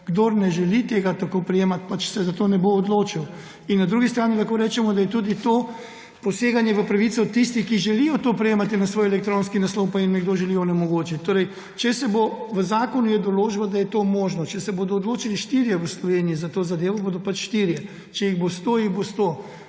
kdor ne želi tega tako prejemati, se pač za to ne bo odločil. In na drugi strani lahko rečemo, da je tudi to poseganje v pravico tistih, ki želijo to prejemati na svoj elektronski naslov, pa jim nekdo želi onemogočiti. V zakonu je določba, da je to možno. Če se bodo odločili štirje v Sloveniji za to zadevo, bodo pač štirje, če jih bo 100, jih bo 100.